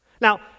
Now